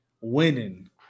winning